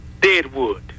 Deadwood